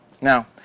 Now